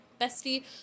bestie